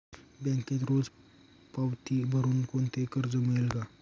बँकेत रोज पावती भरुन कोणते कर्ज मिळते का?